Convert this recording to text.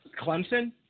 Clemson